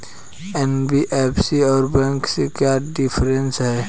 NBFC और बैंकों में क्या डिफरेंस है?